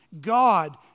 God